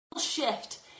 shift